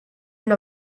una